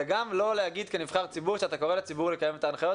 וגם לא להגיד כנבחר ציבור שאתה קורא לציבור לקיים את ההנחיות.